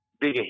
big